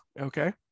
okay